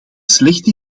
slechte